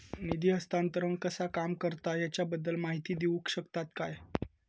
निधी हस्तांतरण कसा काम करता ह्याच्या बद्दल माहिती दिउक शकतात काय?